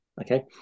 okay